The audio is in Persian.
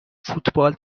فوتبال